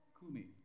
Kumi